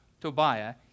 Tobiah